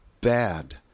bad